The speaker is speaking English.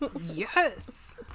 Yes